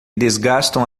desgastam